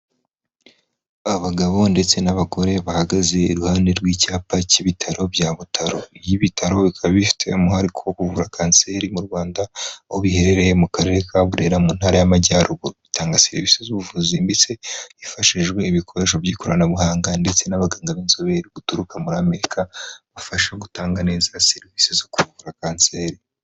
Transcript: Abagabo ndetse n'abagore bahagaze iruhande rw'icyapa cy'ibitaro bya Butaro. Ibyi bitaro bikaba bifite umwihariko wo kuvura kanseri mu Rwanda, aho biherereye mu Karere ka Burera mu Ntara y'amajyaruguru. Bitanga serivisi z'ubuvuzi ndetse hifashijwe ibikoresho by'ikoranabuhanga, ndetse n'abaganga b'inzobere guturuka muri Amerika, bafasha gutanga neza serivisi zo ku kuvura kanseri.